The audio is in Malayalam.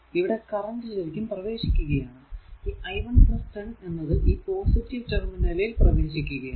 ഈ i 1 10 എന്നത് ഈ പോസിറ്റീവ് ടെർമിനലിൽ പ്രവേശിക്കുകയാണ്